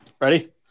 ready